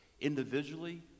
individually